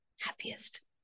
happiest